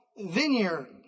vineyard